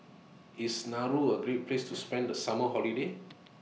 IS Nauru A Great Place to spend The Summer Holiday